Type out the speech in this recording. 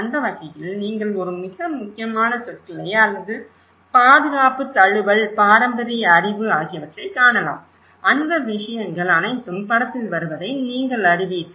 அந்த வகையில் நீங்கள் ஒரு மிக முக்கியமான சொற்களை அல்லது பாதுகாப்பு தழுவல் பாரம்பரிய அறிவு ஆகியவற்றைக் காணலாம் அந்த விஷயங்கள் அனைத்தும் படத்தில் வருவதை நீங்கள் அறிவீர்கள்